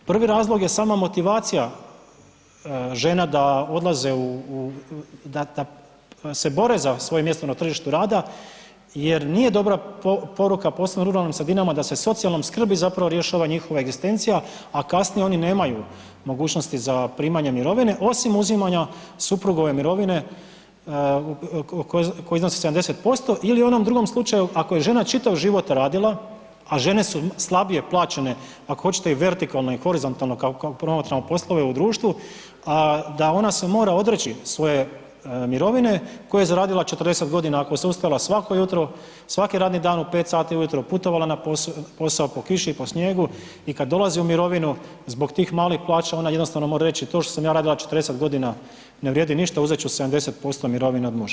Prvi razlog je sama motivacija žena da odlaze u da se bore za svoje mjesto na tržištu rada jer nije dobra poruka posebno u ruralnim sredinama da se socijalnom skrbi zapravo rješava njihova egzistencija, a kasnije oni nemaju mogućnosti za primanje mirovine osim uzimanja suprugove mirovine koji iznosi 70% ili u onom drugom slučaju ako je žena čitav život radila, a žene su slabije plaćene ako hoćete i vertikalno i horizontalno kako promatramo poslove u društvu, da ona se mora odreći svoje mirovine koju je zaradila 40 godina, ako se ustala svako jutro, svaki radni dan u 5 sati ujutro, putovala na posao po kiši i po snijegu i kad dolazi u mirovinu zbog tih malih plaća ona jednostavno mora reći to što sam ja radila 40 godina ne vrijedi ništa uzet ću 70% mirovine od muža.